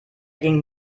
ging